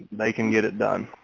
they can get it done.